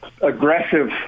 aggressive